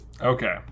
Okay